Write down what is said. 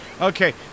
Okay